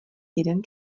jeden